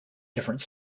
different